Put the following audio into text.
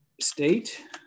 state